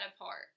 apart